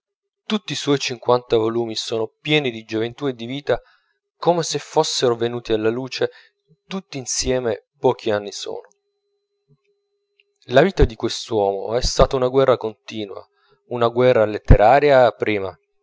tutti i suoi cinquanta volumi sono pieni di gioventù e di vita come se fossero venuti alla luce tutti insieme pochi anni sono la vita di quest'uomo è stata una guerra continua una guerra letteraria prima